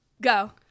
Go